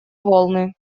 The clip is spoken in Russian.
волны